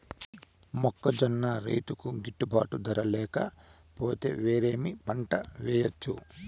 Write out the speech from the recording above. మొక్కజొన్న రైతుకు గిట్టుబాటు ధర లేక పోతే, వేరే ఏమి పంట వెయ్యొచ్చు?